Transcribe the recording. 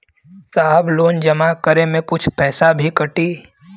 साहब लोन जमा करें में कुछ पैसा भी कटी?